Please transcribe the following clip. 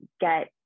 get